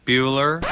Bueller